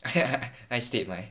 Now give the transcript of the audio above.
ai stead mai